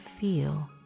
feel